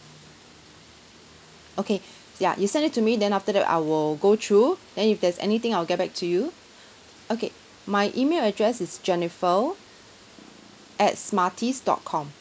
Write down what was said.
okay ya you send it to me then after that I will go through then if there's anything I'll get back to you okay my email address is jennifer at smarties dot com